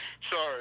Sorry